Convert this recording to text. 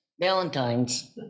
Valentines